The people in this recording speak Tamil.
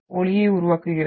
ஒலியை உருவாக்குகிறது